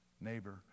neighbor